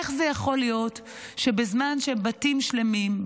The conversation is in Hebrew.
איך זה יכול להיות שבזמן שבתים שלמים,